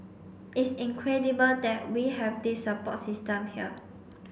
it's incredible that we have this support system here